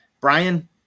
Brian